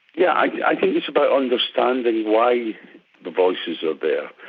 yeah, i think it's about understanding why the voices are there.